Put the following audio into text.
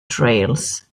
trails